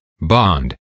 bond